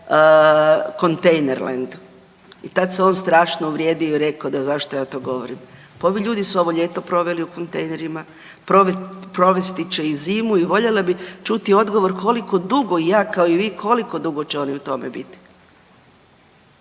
kontejnerland, i tad se on strašno uvrijedio i rekao da zašto ja to govorim. Pa ovi ljudi su ovo ljeto proveli u kontejnerima, provesti će i zimu i voljela bi čuti odgovor koliko dugo ja kao i vi, koliko dugo će oni u tome biti.